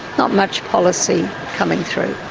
not much policy coming through.